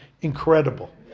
incredible